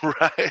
Right